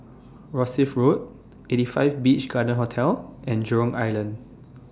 Rosyth Road eighty five Beach Garden Hotel and Jurong Island